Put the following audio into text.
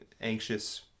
anxious